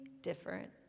different